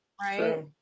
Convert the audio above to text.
Right